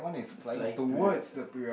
fly to the